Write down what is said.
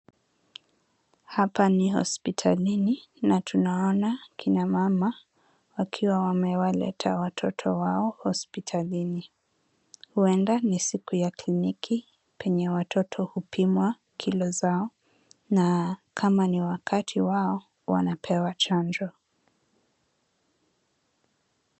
Hapa ni hospitalini na tunaona kina mama wakiwa wamewaleta watoto wao hospitalini. Huenda ni siku ya kliniki penye watoto hupimwa kilo zao na kama ni wakati wao, wanapewa chanjo.